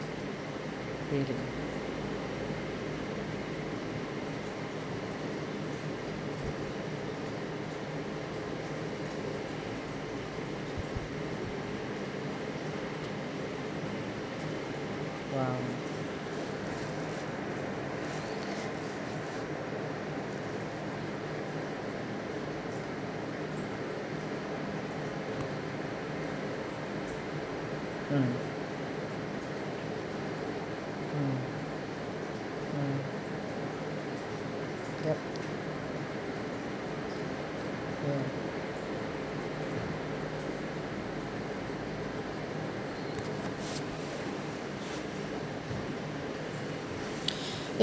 really !wow! mm yup ya